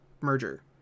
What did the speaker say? merger